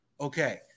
Okay